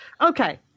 Okay